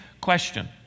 question